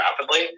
rapidly